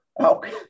Okay